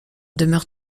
demeure